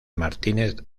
martínez